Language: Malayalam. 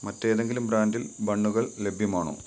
മറ്റേതെങ്കിലും ബ്രാൻഡിൽ ബണ്ണുകൾ ലഭ്യമാണോ